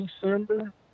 December